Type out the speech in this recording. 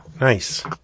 Nice